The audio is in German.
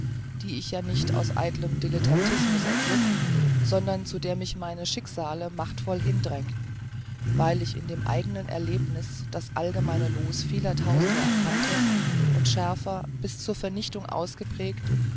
die ich ja nicht aus eitlem dilettantismus ergriff sondern zu der mich meine schicksale machtvoll hin drängten weil ich in dem eigenen erlebniß das allgemeine loos vieler tausende erkannte und schärfer bis zur vernichtung ausgeprägt